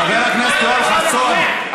חבר הכנסת יואל חסון,